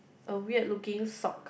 a weird looking socks